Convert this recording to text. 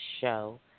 show